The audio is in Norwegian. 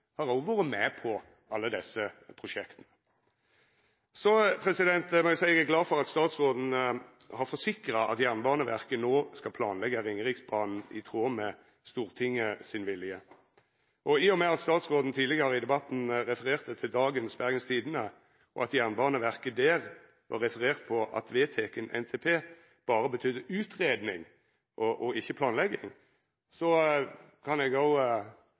har vore med på alle desse prosjekta. Eg må seia eg er glad for at statsråden har forsikra om at Jernbaneverket no skal planleggja Ringeriksbanen, i tråd med Stortingets vilje. I og med at statsråden tidlegare i debatten refererte til dagens Bergens Tidende, og at Jernbaneverket der var referert på at vedteken NTP berre betydde utgreiing og ikkje planlegging, kan eg